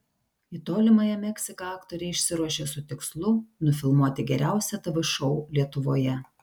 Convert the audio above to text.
į tolimąją meksiką aktoriai išsiruošė su tikslu nufilmuoti geriausią tv šou lietuvoje